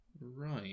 Right